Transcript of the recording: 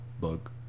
Bug